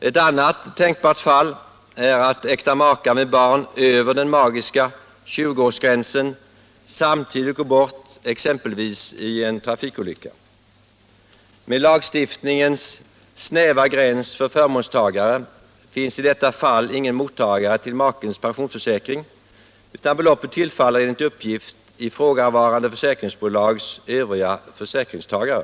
Ett annat tänkbart fall är att äkta makar med barn över den magiska 20-årsgränsen samtidigt går bort, t.ex. i en trafikolycka. Med lagstiftningens snäva gräns för förmånstagare finns i detta fall ingen mottagare till makens pensionsförsäkring, utan beloppet tillfaller enligt uppgift ifrå gavarande försäkringsbolags övriga försäkringstagare.